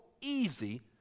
easy